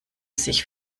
sich